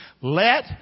Let